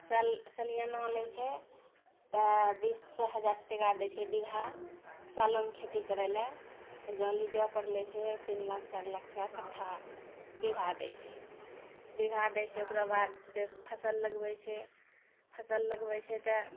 सालाना लै छै तऽ बीस हजार टाका दै छै बीघा सालाना खेती करै लए जौं लीजोपर लै छै तीन लाख चारि लाख टाका कठ्ठा बीघा दै छै बीघा दै छै ओकरो बाद फसल लगबै छै फसल लगबै छै तऽ